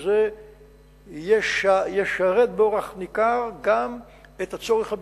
וזה ישרת באורח ניכר גם את הצורך הביטחוני.